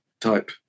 type